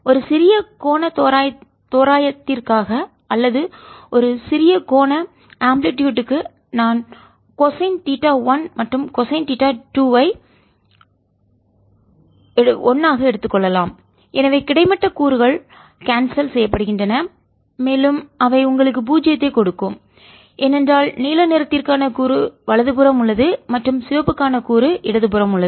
ஒரு சிறிய கோண தோராயத்திற்காக அல்லது ஒரு சிறிய கோண ஆம்ப்ளிடுயுட்க்கு அலைவீச்சு நான் கொசைன் தீட்டா 1 மற்றும் கொசைன் தீட்டா 2 ஐ 1 ஆக எடுத்துக் கொள்ளலாம் எனவே கிடைமட்ட கூறுகள் கான்செல் ரத்து செய்யப்படுகின்றன மேலும் அவை உங்களுக்கு பூஜ்ஜியத்தைக் கொடுக்கும் ஏனென்றால் நீல நிறத்திற்கான கூறு வலதுபுறம் உள்ளது மற்றும் சிவப்புக்கான கூறு இடதுபுறம் உள்ளது